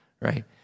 right